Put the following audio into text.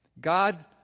God